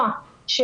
שומעים אותי?